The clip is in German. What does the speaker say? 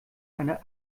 eine